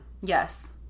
yes